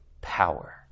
power